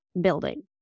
building